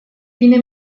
fine